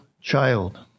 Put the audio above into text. child